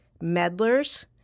meddlers